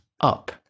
up